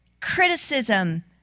criticism